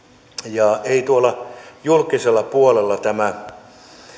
ja ei tuolla julkisella puolella tämä